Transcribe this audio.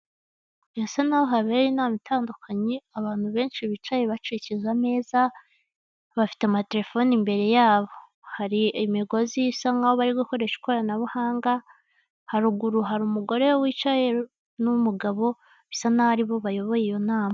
Birasa naho habereye inama itandukanye abantu benshi bicaye bakikije ameza bafite amatelefoni imbere yabo hari imigozi isa nkaho bari gukoresha ikoranabuhanga haruguru hari umugore wicaye n'umugabo bisa naho ari bo bayoboye iyo nama